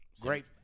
Great